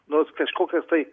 nors kažkokias tai